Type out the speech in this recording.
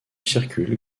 circulent